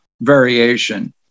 variation